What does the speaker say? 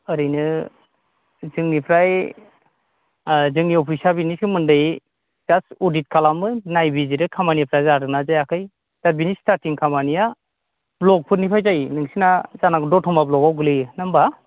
ओरैनो जोंनिफ्राय जोंनि अफिसआ बेनि सोमोन्दै जास्ट अदिट खालामो नायबिजिरो खामानिफ्रा जादोंना जायाखै दा बेनि स्टारटिं खामानिया ब्लकफोरनिफ्राय जायो नोंसिना जानांगौ दतमा ब्लकआव गोग्लैयो नङा होम्बा